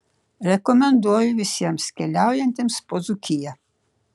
rekomenduoju visiems keliaujantiems po dzūkiją